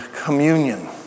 communion